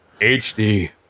HD